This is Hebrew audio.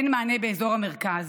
אין מענה באזור המרכז.